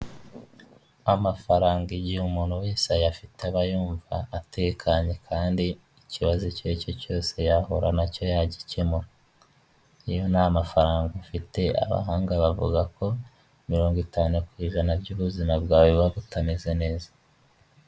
Amafaranga igihe umuntu wese ayafite aba yumva atekanye kandi ikibazo icyo ari cyo cyose yahura nacyo yagikemura, iyo nta mafaranga ufite abahanga bavuga ko mirongo itanu ku ijana by'ubuzima bwawe buba butameze neza.